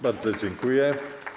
Bardzo dziękuję.